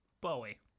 Bowie